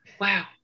wow